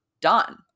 done